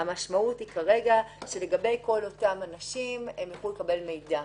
המשמעות היא כרגע שלגבי כל אותם אנשים הם יוכלו לקבל מידע.